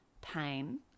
pain